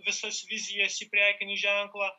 visas vizijas į prekinį ženklą